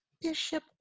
Bishop